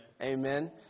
Amen